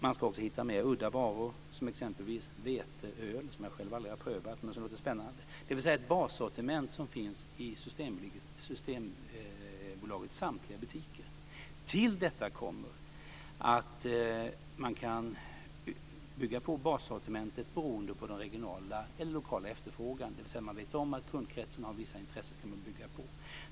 Man ska också hitta mer udda varor, exempelvis veteöl som jag själv aldrig har provat men som låter spännande. Det handlar alltså om ett bassortiment som finns i Systembolagets samtliga butiker. Till detta kommer att man kan bygga på bassortimentet beroende på den regionala eller lokala efterfrågan, dvs. om man vet om att kundkretsen har vissa intressen så kan man bygga på sortimentet.